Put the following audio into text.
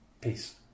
Peace